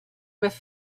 with